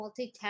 multitask